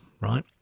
right